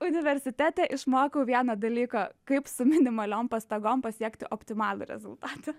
universitete išmokau vieną dalyką kaip su minimaliom pastangom pasiekti optimalų rezultatą